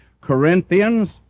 Corinthians